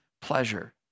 pleasure